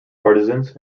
partisans